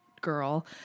girl